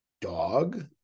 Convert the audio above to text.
dog